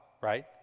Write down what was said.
right